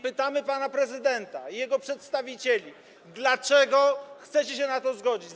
Pytamy pana prezydenta i jego przedstawicieli: Dlaczego chcecie się na to zgodzić?